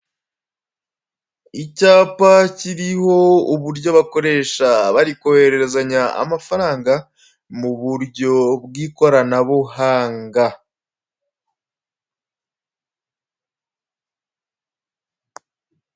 Icyapa kiriho uburyo bakoresha bari kohererezanya amafaranga, mu buryo bw'ikoranabuhanga.